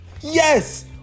Yes